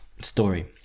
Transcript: story